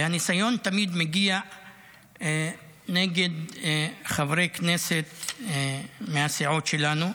והניסיון תמיד מגיע נגד חברי כנסת מהסיעות שלנו,